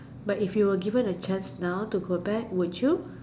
but if you were given a chance now to go back would you